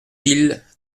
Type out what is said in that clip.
mille